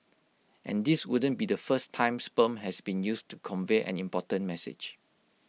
and this wouldn't be the first time sperm has been used to convey an important message